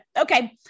Okay